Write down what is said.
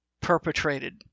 perpetrated